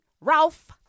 Ralph